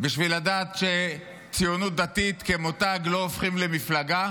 בשביל לדעת שציונות דתית כמותג לא הופכים למפלגה?